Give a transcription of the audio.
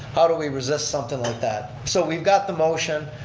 how do we resist something like that? so we've got the motion,